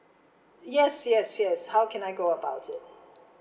yes yes yes how can I go about it